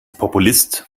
populist